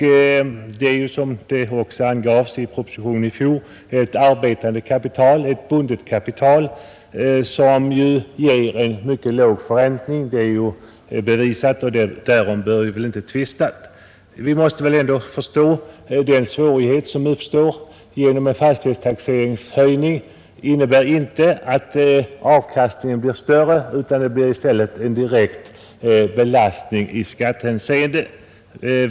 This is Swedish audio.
Det är, som också angavs i propositionen i fjol, ett arbetande, bundet kapital som i många fall ger mycket låg förräntning — det är bevisat, och därom behöver vi väl inte tvista. Vi måste förstå den svårighet som uppstår för vissa företagare. Höjningarna av taxeringsvärdena innebär inte att avkastningen blir större utan det blir i stället en direkt belastning i skattehänseende.